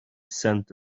scent